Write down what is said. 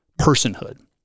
personhood